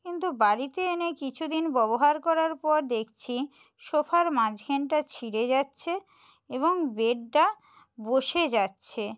কিন্তু বাড়িতে এনে কিছু দিন ব্যবহার করার পর দেখছি সোফার মাঝখেনটা ছিঁড়ে যাচ্ছে এবং বেডটা বসে যাচ্ছে